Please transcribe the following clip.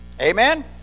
Amen